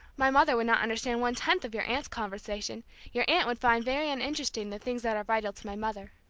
my mother would not understand one tenth of your aunt's conversation your aunt would find very uninteresting the things that are vital to my mother.